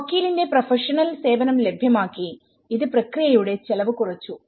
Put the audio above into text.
വക്കീലിന്റെ professional സേവനം ലഭ്യമാക്കി ഇത് പ്രക്രിയയുടെ ചിലവ് കുറച്ചു